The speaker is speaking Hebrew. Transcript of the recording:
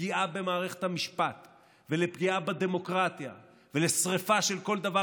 לפגיעה במערכת המשפט ולפגיעה בדמוקרטיה ולשרפה של כל דבר